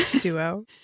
duo